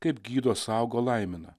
kaip gydo saugo laimina